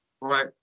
Right